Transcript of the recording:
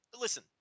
Listen